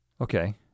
Okay